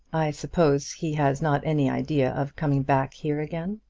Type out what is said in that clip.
i suppose he has not any idea of coming back here again?